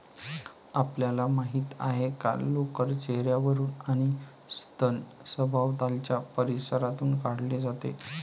आपल्याला माहित आहे का लोकर चेहर्यावरून आणि स्तन सभोवतालच्या परिसरातून काढले जाते